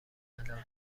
انقلابی